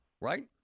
right